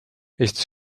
esitas